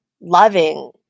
loving